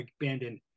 abandoned